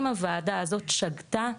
אם הוועדה הזאת שגתה,